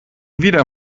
wieder